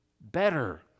better